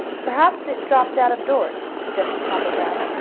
perhaps it dropped out of doors, suggested papa brown.